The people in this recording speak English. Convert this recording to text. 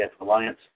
Alliance